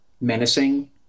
menacing